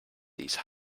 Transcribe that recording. these